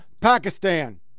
Pakistan